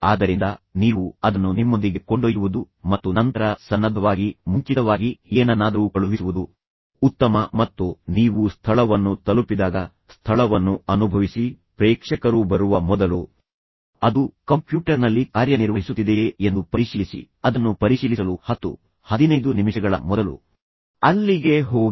ಆದ್ದರಿಂದ ನೀವು ಅದನ್ನು ನಿಮ್ಮೊಂದಿಗೆ ಕೊಂಡೊಯ್ಯುವುದು ಮತ್ತು ನಂತರ ಸನ್ನದ್ಧವಾಗಿ ಮುಂಚಿತವಾಗಿ ಏನನ್ನಾದರೂ ಕಳುಹಿಸುವುದು ಉತ್ತಮ ಮತ್ತು ನೀವು ಸ್ಥಳವನ್ನು ತಲುಪಿದಾಗ ಸ್ಥಳವನ್ನು ಅನುಭವಿಸಿ ಪ್ರೇಕ್ಷಕರು ಬರುವ ಮೊದಲು ಅದು ಕಂಪ್ಯೂಟರ್ನಲ್ಲಿ ಕಾರ್ಯನಿರ್ವಹಿಸುತ್ತಿದೆಯೇ ಎಂದು ಪರಿಶೀಲಿಸಿ ಅದನ್ನು ಪರಿಶೀಲಿಸಲು 10 15 ನಿಮಿಷಗಳ ಮೊದಲು ಅಲ್ಲಿಗೆ ಹೋಗಿ